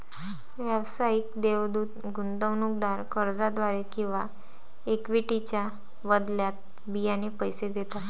व्यावसायिक देवदूत गुंतवणूकदार कर्जाद्वारे किंवा इक्विटीच्या बदल्यात बियाणे पैसे देतात